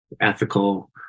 ethical